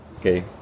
Okay